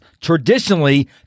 traditionally